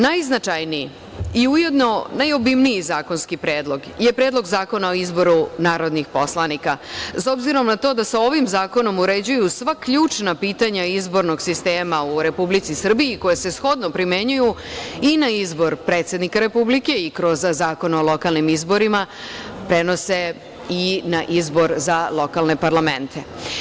Najznačajniji i ujedno najobimniji zakonski predlog je Predlog zakona o izboru narodnih poslanika, s obzirom na to da se ovim zakonom uređuju sva ključna pitanja izbornog sistema u Republici Srbiji, koja se shodno primenjuju i na izbor predsednika Republike i kroz Zakon o lokalnim izborima prenose i na izbor za lokalne parlamente.